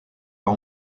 pas